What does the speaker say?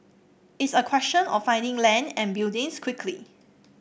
it's a question of finding land and buildings quickly